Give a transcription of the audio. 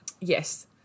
Yes